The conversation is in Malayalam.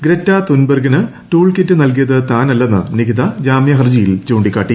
ഗ്രെറ്റ തുൻബെർഗിന് ടൂൾ കിറ്റ് നൽകിയത് താനല്ലെന്ന് നിഖിത ജാമൃഹർജിയിൽ ചൂണ്ടിക്കാട്ടി